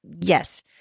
Yes